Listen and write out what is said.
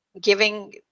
giving